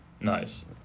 nice